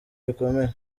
bikomeye